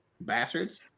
bastards